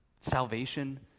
Salvation